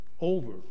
over